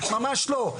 ממש לא.